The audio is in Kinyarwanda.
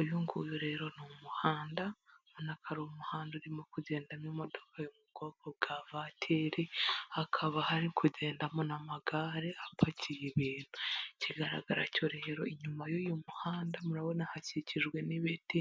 Uyu nguyu rero ni umuhanda ubona ko ari umuhanda urimo kugendamo imodoka yo mu bwoko bwa vateri, hakaba hari kugendamo n'amagare apakiye ibintu, ikigaragara cyo rero inyuma y'uyu muhanda murabona hakikijwe n'ibiti,